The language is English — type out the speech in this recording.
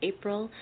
April